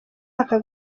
aka